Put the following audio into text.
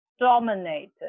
dominated